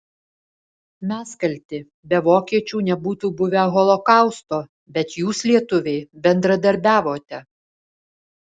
mes kalti be vokiečių nebūtų buvę holokausto bet jūs lietuviai bendradarbiavote